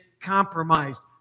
compromised